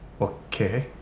okay